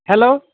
hello